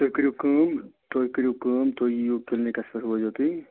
تُہۍ کٔرِو کٲم تُہۍ کٔرِو کٲم تُہۍ یِیِو کِلنِکَس پٮ۪ٹھ وٲتِو تُہۍ